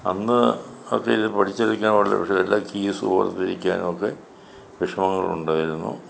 അന്ന് അത് തീരെ പഠിച്ച് എടുക്കാൻ വളരെ പക്ഷെ എല്ലാ കീസും ഓർത്തിരിക്കാനൊക്കെ വിഷമങ്ങളുണ്ടായിരുന്നു